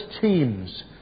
teams